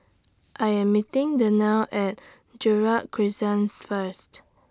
I Am meeting Dannielle At Gerald Crescent First